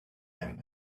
him